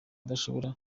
adashobora